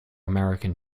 american